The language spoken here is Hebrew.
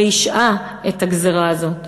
והשעה את הגזירה הזאת.